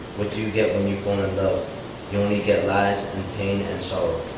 what do you get when you fall in love? you only get lies and pain and so